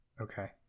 Okay